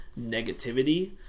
negativity